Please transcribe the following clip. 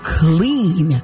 clean